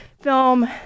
film